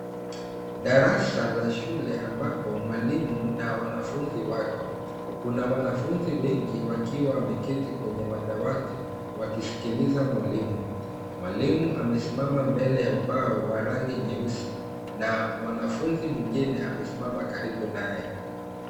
Darasa la shule ambapo mwalimu na wanafunzi wako. Kuna wanafunzi wengi wakiwa wameketi kwenye madawati wakisikiliza mwalimu. Mwalimu amesimama mbele ya ubao wa rangi nyeusi na mwanafunzi mwingine amesimama karibu naye.